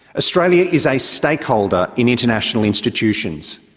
australia is a stakeholder in international institutions.